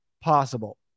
possible